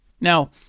Now